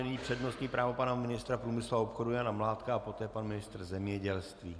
Nyní přednostní právo pana ministra průmyslu a obchodu Jana Mládka a poté pan ministr zemědělství.